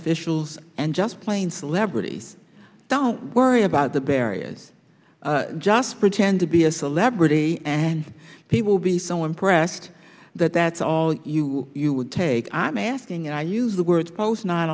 officials and just plain celebrities don't worry about the barriers just pretend to be a celebrity and he will be so impressed that that's all you would take i'm asking i use the word post nine